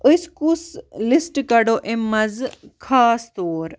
أسۍ کُس لسٹ کَڑو امہ مَنٛزٕ خاص طور